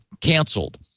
canceled